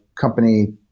company